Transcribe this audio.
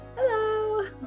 hello